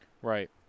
Right